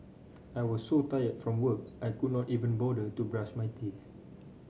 I was so tired from work I could not even bother to brush my teeth